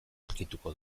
aurkituko